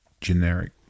generic